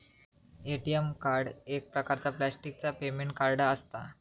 ATM card एक प्रकारचा प्लॅस्टिकचा पेमेंट कार्ड असता